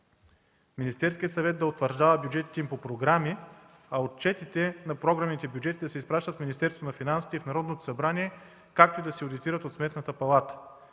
Министерският съвет да утвърждава бюджетите им по програми, а отчетите на програмните бюджети да се изпращат в Министерството на финансите и в Народното събрание, както и да се одитират от Сметната палата.